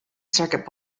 circuit